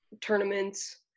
tournaments